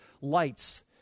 lights